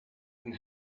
him